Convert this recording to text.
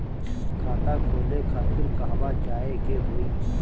खाता खोले खातिर कहवा जाए के होइ?